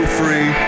free